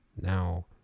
Now